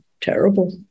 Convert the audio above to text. terrible